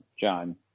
John